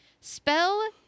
Spell